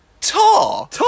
tar